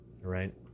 right